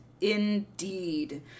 indeed